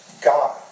God